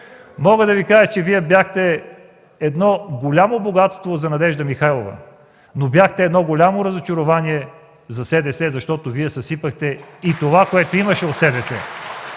мога да Ви кажа, че Вие бяхте едно голямо богатство за Надежда Михайлова, но бяхте едно голямо разочарование за СДС, защото Вие съсипахте и това, което имаше от СДС!